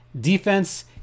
Defense